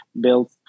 built